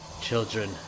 children